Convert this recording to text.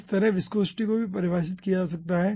इसी तरह विस्कोसिटी को भी परिभाषित किया जा सकता है